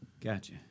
Gotcha